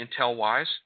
Intel-wise